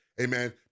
amen